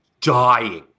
dying